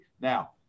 now